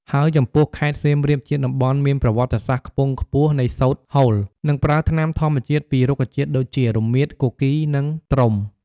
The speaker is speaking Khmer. ហើយចំពោះខេត្ត សៀមរាប ជាតំបន់មានប្រវត្តិសាស្ត្រខ្ពង់ខ្ពស់នៃសូត្រហូល និងប្រើថ្នាំធម្មជាតិពីរុក្ខជាតិដូចជា រមៀត, គគីរ និង ត្រុំ។